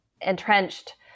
entrenched